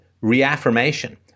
reaffirmation